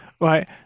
Right